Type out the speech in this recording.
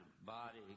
body